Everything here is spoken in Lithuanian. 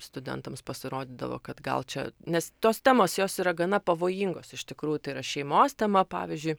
studentams pasirodydavo kad gal čia nes tos temos jos yra gana pavojingos iš tikrųjų tai yra šeimos tema pavyzdžiui